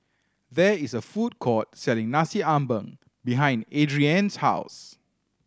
there is a food court selling Nasi Ambeng behind Adrien's house